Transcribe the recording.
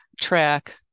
track